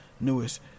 newest